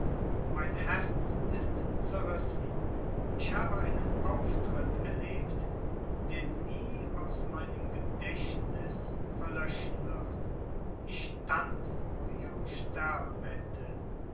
mein herz ist zerrissen ich habe einen auftritt erlebt der nie aus meinem gedächtnis verlöschen wird ich stand vor ihrem sterbebette